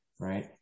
Right